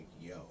yo